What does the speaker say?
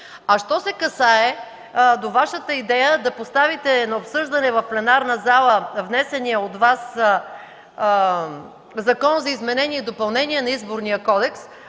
Що се касае до идеята Ви да поставите на обсъждане в пленарната зала внесения от Вас Закон за изменение и допълнение на Изборния кодекс,